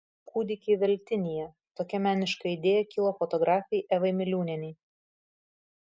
kūdikiai veltinyje tokia meniška idėja kilo fotografei evai miliūnienei